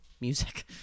music